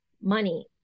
money